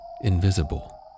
invisible